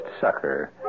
sucker